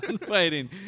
fighting